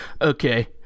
Okay